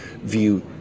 view